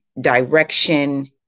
direction